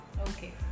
Okay